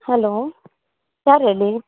hello ಯಾರು ಹೇಳಿ